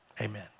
Amen